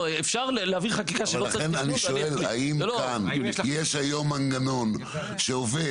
לכן אני שואל אם יש היום מנגנון שעובד